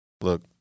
look